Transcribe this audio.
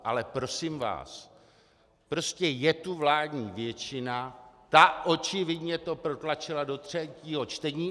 Ale prosím vás, prostě je tu vládní většina, která očividně zákon protlačila do třetího čtení.